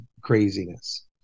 craziness